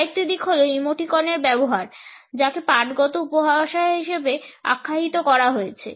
আরেকটি দিক হলো ইমোটিকনের ব্যবহার যাকে পাঠগত উপভাষা হিসেবে আখ্যায়িত করা হয়েছে